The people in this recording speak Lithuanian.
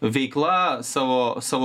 veikla savo savo